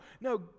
No